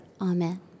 Amen